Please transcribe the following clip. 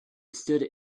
stood